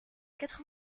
quatre